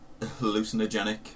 hallucinogenic